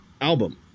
album